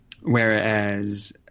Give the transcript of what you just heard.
Whereas